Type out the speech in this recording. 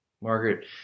Margaret